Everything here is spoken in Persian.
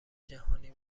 جهانی